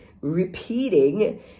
repeating